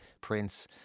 Prince